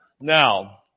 Now